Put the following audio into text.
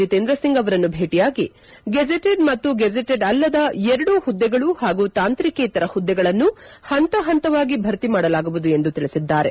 ಜಿತೇಂದ್ರ ಸಿಂಗ್ ಅವರನ್ನು ಭೇಟಿಯಾಗಿ ಗೆಜೆಟೆಡ್ ಮತ್ತು ಗೆಜೆಟೆಡ್ ಅಲ್ಲದ ಎರಡೂ ಪುದ್ವೆಗಳು ಪಾಗೂ ತಾಂತ್ರಿಕೇತರ ಹುದ್ವೆಗಳನ್ನು ಪಂತ ಪಂತವಾಗಿ ಭರ್ತಿ ಮಾಡಲಾಗುವುದು ಎಂದು ತಿಳಿಸಿದ್ದಾರೆ